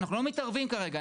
אנחנו לא מתערבים כרגע,